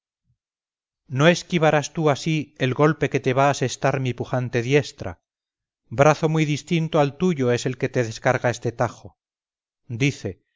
no esquivarás tú así el golpe que te va a asestar mi pujante diestra brazo muy distinto al tuyo es el que te descarga este tajo dice